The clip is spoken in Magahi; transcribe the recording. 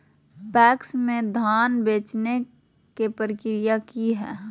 पैक्स में धाम बेचे के प्रक्रिया की हय?